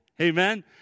Amen